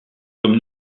comme